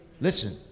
Listen